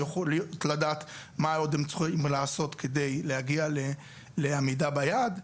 ויכולות לדעת מה עוד הן צריכות לעשות כדי להגיע לעמידה ביעד.